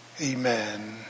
Amen